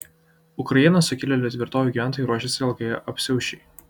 ukrainos sukilėlių tvirtovių gyventojai ruošiasi ilgai apsiausčiai